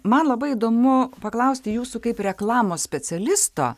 man labai įdomu paklausti jūsų kaip reklamos specialisto